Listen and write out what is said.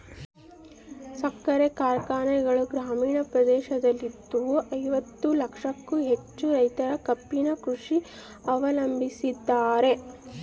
ಸಕ್ಕರೆ ಕಾರ್ಖಾನೆಗಳು ಗ್ರಾಮೀಣ ಪ್ರದೇಶದಲ್ಲಿದ್ದು ಐವತ್ತು ಲಕ್ಷಕ್ಕೂ ಹೆಚ್ಚು ರೈತರು ಕಬ್ಬಿನ ಕೃಷಿ ಅವಲಂಬಿಸಿದ್ದಾರೆ